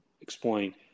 explain